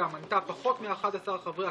בעד, 91,